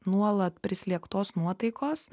nuolat prislėgtos nuotaikos